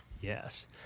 Yes